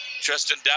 Tristan